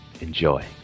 enjoy